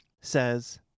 says